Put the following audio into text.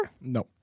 No